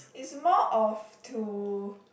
it's more of to